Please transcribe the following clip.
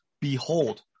Behold